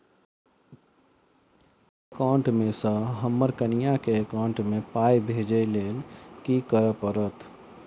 हमरा एकाउंट मे सऽ हम्मर कनिया केँ एकाउंट मै पाई भेजइ लेल की करऽ पड़त?